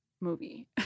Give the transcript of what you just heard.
movie